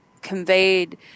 conveyed